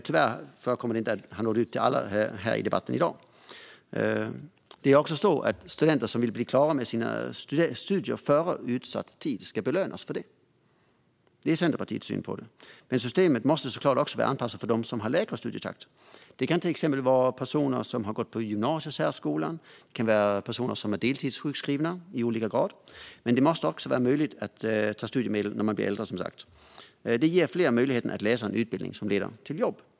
Tyvärr har det inte nått ut till alla här i debatten i dag. Studenter som blir klara med sina studier före utsatt tid ska belönas för det. Det är Centerpartiets syn på det. Men systemet måste också såklart vara anpassat för dem som har lägre studietakt. Det kan till exempel vara personer som har gått gymnasiesärskolan eller är deltidssjukskrivna i olika grad. Det måste också vara möjligt att få studiemedel när man blir äldre, som sagt. Det ger fler möjligheten att läsa en utbildning som leder till jobb.